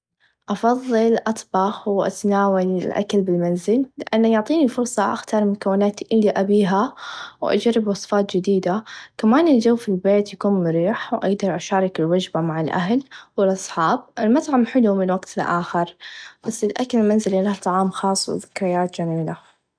أفظل أطبخ و أتناول الأكل بالمنزل لأنه يعطيني فرصه أختار المكونات إلي أبيها و أجرب وصفات چديده كمان الچو في البيت يكون مريح و أقدر أشارك الوچبه مع الأهل و الأصحاب المطعم حلو من وقت لآخر بس الأكل المنزلي لاه طعم خاص و ذكريات چميله.